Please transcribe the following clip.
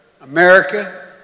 America